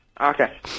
okay